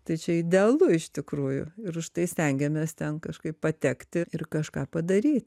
tai čia idealu iš tikrųjų ir už tai stengiamės ten kažkaip patekti ir kažką padaryt